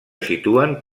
situen